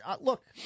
look